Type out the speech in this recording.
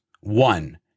One